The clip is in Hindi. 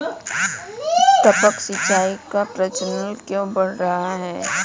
टपक सिंचाई का प्रचलन क्यों बढ़ रहा है?